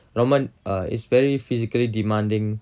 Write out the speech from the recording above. ரொம்ப:romba it's very physically demanding